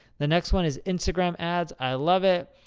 the next one is instagram ads, i love it.